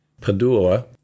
Padua